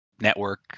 network